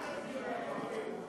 אל תסביר לי, אני מבין.